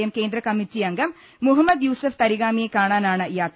M കേന്ദ്ര committee അംഗം മുഹമ്മദ് യൂസഫ് തരിഗാമിയെ കാണാനാണ് യാത്ര